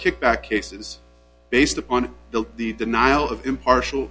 kickback cases based upon the denial of impartial